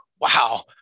wow